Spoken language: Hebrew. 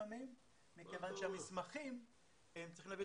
מכיוון שצריך להביא את המסמכים המקוריים.